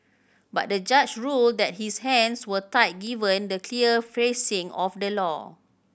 but the judge ruled that his hands were tied given the clear phrasing of the law